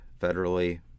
federally